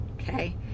okay